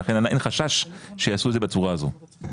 ולכן אין חשש שיעשו את זה בצורה הזו.